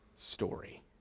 story